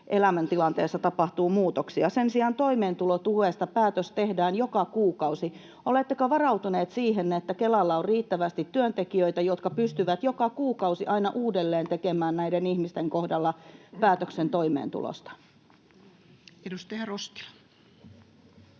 elämäntilanteessa tapahtuu muutoksia. Sen sijaan toimeentulotuesta päätös tehdään joka kuukausi. Oletteko varautuneet siihen, että Kelalla on riittävästi työntekijöitä, jotka pystyvät joka kuukausi aina uudelleen tekemään näiden ihmisten kohdalla päätöksen toimeentulosta? [Speech 197]